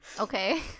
okay